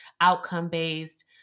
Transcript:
outcome-based